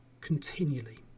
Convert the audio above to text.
continually